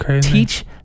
teach